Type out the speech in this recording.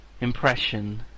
impression